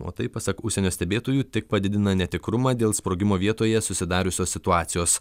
o tai pasak užsienio stebėtojų tik padidina netikrumą dėl sprogimo vietoje susidariusios situacijos